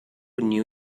new